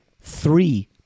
three